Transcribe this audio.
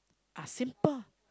are simple